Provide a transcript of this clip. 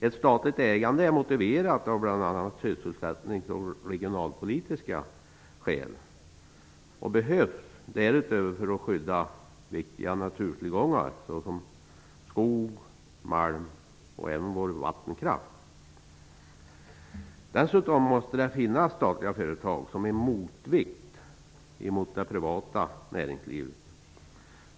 Ett statligt ägande är motiverat av bl.a. sysselsättnings och regionalpolitiska skäl och behövs därutöver för att skydda viktiga naturtillgångar, såsom skog, mark och även vår vattenkraft. Dessutom måste det finnas statliga företag som en motvikt till det privata näringslivet.